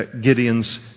Gideon's